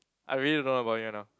I really don't know about it right now